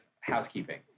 housekeeping